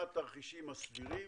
מה התרחישים הסבירים,